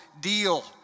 deal